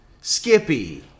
Skippy